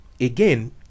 again